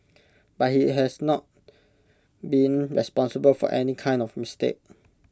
but he has not been responsible for any kind of mistake